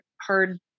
hard